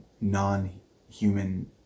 non-human